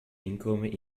inkomen